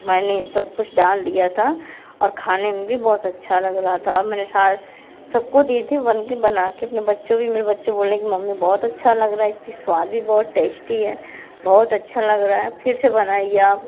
मैंने सब कुछ डाल दिया था और खाने में भी बहुत अच्छा लग रहा था और मैंने सबको दी थी बनाकर अपने बच्चों की मेरे बच्चों बोलने की मम्मी बहुत अच्छा लग रहा है इसकी स्वाद भी बहुत टेस्टी है बहुत अच्छा लग रहा है फिर से बनाइये आप